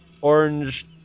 orange